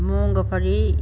मूंगफली